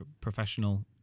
professional